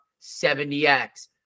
70X